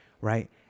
Right